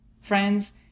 friends